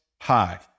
high